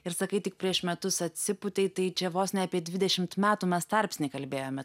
ir sakai tik prieš metus atsipūtei tai čia vos ne apie dvidešimt metų mes tarpsnį kalbėjome